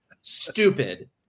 stupid